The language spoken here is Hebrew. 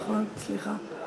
נכון, נכון, נכון, סליחה.